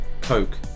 coke